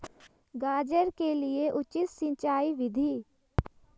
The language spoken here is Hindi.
गाजर के लिए उचित सिंचाई विधि?